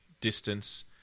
distance